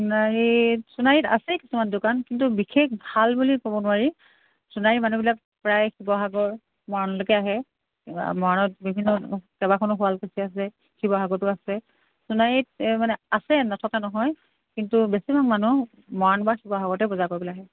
সোণাৰী সোণাৰীত আছে কিছুমান দোকান কিন্তু বিশেষ ভাল বুলি ক'ব নোৱাৰি সোণাৰীৰ মানুহবিলাক প্ৰায় শিৱসাগৰ মৰাণলৈকে আহে মৰাণত বিভিন্ন কেইবাখনো শুৱালকুছি আছে শিৱসাগৰতো আছে সোণাৰীত মানে আছে নথকা নহয় কিন্তু বেছিভাগ মানুহ মৰাণ বা শিৱসাগৰতে বজাৰ কৰিবলৈ আহে